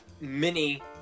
mini